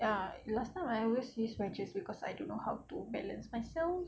ya last time I always see scratches cause I don't know how to balance myself